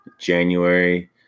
January